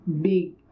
big